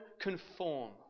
conform